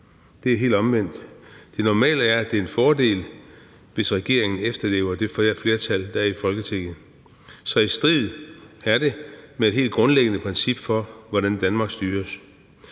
Det er helt omvendt. Det normale er, at det er en fordel, hvis regeringen efterlever det flertal, der er i Folketinget. Så det er i strid med et helt grundlæggende princip for, hvordan Danmark styres.